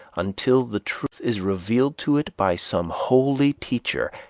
until the truth is revealed to it by some holy teacher,